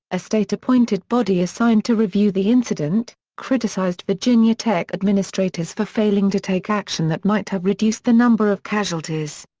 a state-appointed body assigned to review the incident, criticized virginia tech administrators for failing to take action that might have reduced the number of casualties.